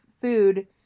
food